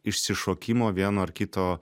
išsišokimo vieno ar kito